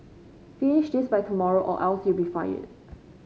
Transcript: finish this by tomorrow or else you'll be fired